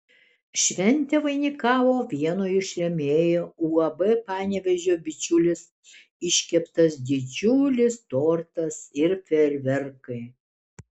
šventę vainikavo vieno iš rėmėjų uab panevėžio bičiulis iškeptas didžiulis tortas ir fejerverkai